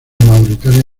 mauritania